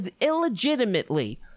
illegitimately